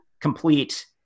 complete